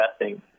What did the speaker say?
investing